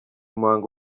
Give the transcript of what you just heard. muhango